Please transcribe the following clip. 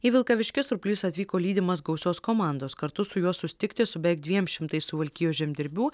į vilkaviškį surplys atvyko lydimas gausios komandos kartu su juo susitikti su beveik dviem šimtais suvalkijos žemdirbių